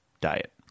diet